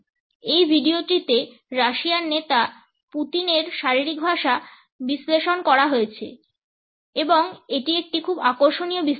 এই ভিডিওটিতে রাশিয়ান নেতা পুতিনের শারীরিক ভাষা বিশ্লেষণ করা হয়েছে এবং এটি একটি খুব আকর্ষণীয় বিশ্লেষণ